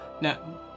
no